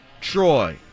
Troy